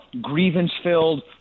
grievance-filled